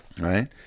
Right